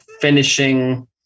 finishing